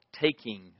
taking